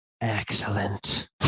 excellent